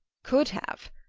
could have?